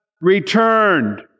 returned